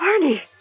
Barney